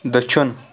دٔچھُن